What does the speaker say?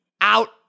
out